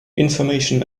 information